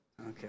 okay